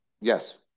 Yes